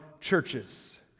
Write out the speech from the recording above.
churches